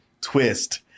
twist